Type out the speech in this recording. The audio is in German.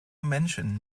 menschen